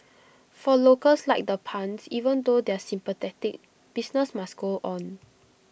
for locals like the Puns even though they're sympathetic business must go on